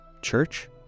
church